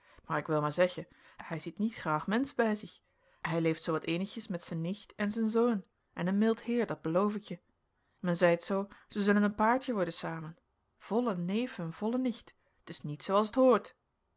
maar ik wil maar zeggen hij ziet niet graag menschen bij zich hij leeft zoo wat eenigjes met zen nicht en zen zeun en een mild heer dat beloof ik je men zeit zoo ze zullen een paartje worden samen volle neef en volle nicht t is niet zoo as t hoort